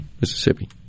Mississippi